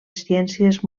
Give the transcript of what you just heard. ciències